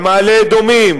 על מעלה-אדומים,